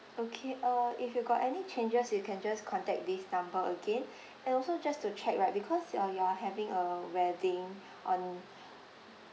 okay uh if you got any changes you can just contact this number again and also just to check right because you are you are having a wedding on